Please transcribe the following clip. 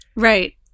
Right